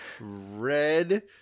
Red